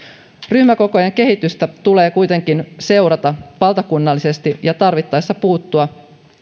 ryhmäkokojen kehitystä tulee kuitenkin seurata valtakunnallisesti ja tarvittaessa puuttua